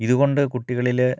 ഇതുകൊണ്ട് കുട്ടികളില്